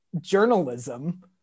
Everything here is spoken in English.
journalism